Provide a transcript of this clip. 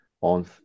on